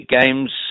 games